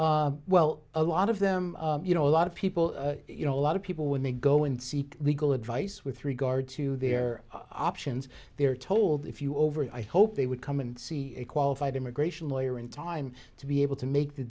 unknowingly well a lot of them you know a lot of people you know a lot of people when they go and seek legal advice with regard to their options they're told if you over i hope they would come and see a qualified immigration lawyer in time to be able to make the